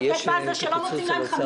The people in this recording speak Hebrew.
אני מחדש את הישיבה של ועדת הכספים.